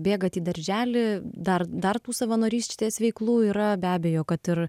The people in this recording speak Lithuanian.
bėgat į darželį dar dar tų savanorystės veiklų yra be abejo kad ir